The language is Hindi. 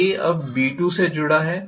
A अब B2 से जुड़ा है